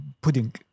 pudding